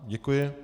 Děkuji.